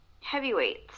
heavyweights